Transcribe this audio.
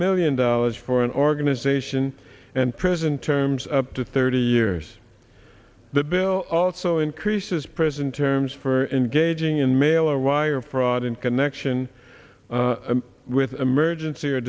million dollars for an organization and prison terms of up to thirty years the bill also increases prison terms for engaging in mail or wire fraud in connection with emergency or